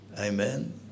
Amen